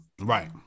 right